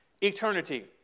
Eternity